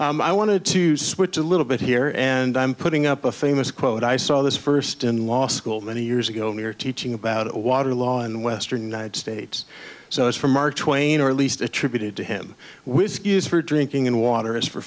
i wanted to switch a little bit here and i'm putting up a famous quote i saw this first in law school many years ago near teaching about a water law in the western united states so it's from mark twain or at least attributed to him whiskey is for drinking and water is for